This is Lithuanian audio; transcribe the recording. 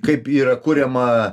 kaip yra kuriama